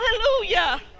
Hallelujah